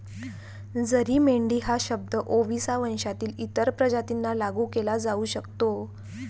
जरी मेंढी हा शब्द ओविसा वंशातील इतर प्रजातींना लागू केला जाऊ शकतो